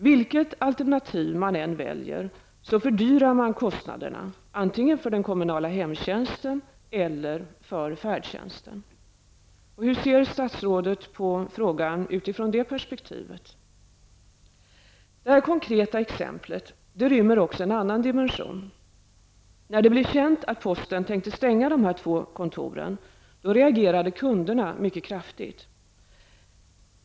Vilket alternativ man än väljer fördyrar man kostnaderna för antingen den kommunala hemtjänsten eller den kommunala färdtjänsten. Hur ser statsrådet på frågan utifrån det perspektivet? Det här konkreta exemplet rymmer också en annan dimension. När det blev känt att posten tänkte stänga de två postkontoren reagerade kunderna mycket kraftigt.